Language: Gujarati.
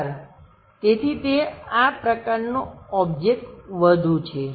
ધાર તેથી તે આ પ્રકારનો ઓબ્જેક્ટ વધુ છે